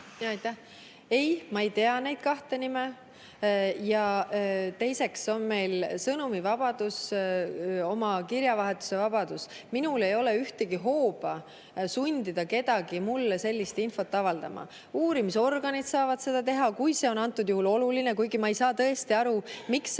Ei, ma ei tea neid kahte nime. Ja teiseks on meil sõnumivabadus, oma kirjavahetuse vabadus. Minul ei ole ühtegi hooba sundida kedagi mulle sellist infot avaldama. Uurimisorganid saavad seda teha, kui see on antud juhul oluline. Kuigi ma ei saa tõesti aru, miks see on